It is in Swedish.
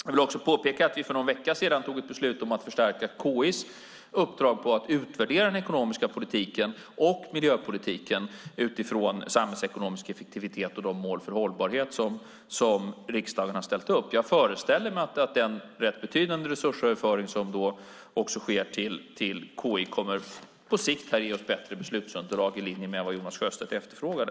Jag vill också påpeka att vi för någon vecka fattade beslut om att förstärka KI:s uppdrag att utvärdera den ekonomiska politiken och miljöpolitiken utifrån samhällsekonomisk effektivitet och de mål för hållbarhet som riksdagen har ställt upp. Jag föreställer mig att den rätt betydande resursöverföring som då också sker till KI kommer att ge oss bättre beslutsunderlag på sikt i linje med vad Jonas Sjöstedt efterfrågade.